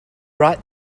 write